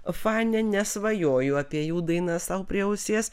fanė nesvajoju apie jų dainas sau prie ausies